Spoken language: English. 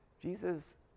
Jesus